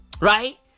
Right